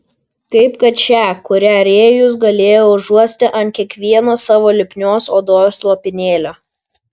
kaip kad šią kurią rėjus galėjo užuosti ant kiekvieno savo lipnios odos lopinėlio